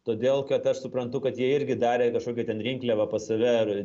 todėl kad aš suprantu kad jie irgi darė kažkokią ten rinkliavą pas save ar